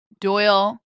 Doyle